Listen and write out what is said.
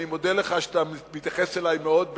אני מודה לך על שאתה מתייחס אלי מאוד,